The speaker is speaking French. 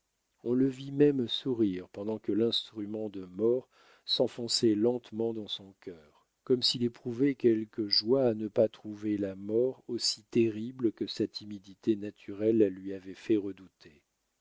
on le vit même sourire pendant que l'instrument de mort s'enfonçait lentement dans son cœur comme s'il éprouvait quelque joie à ne pas trouver là mort aussi terrible que sa timidité naturelle la lui avait fait redouter